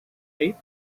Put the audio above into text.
eight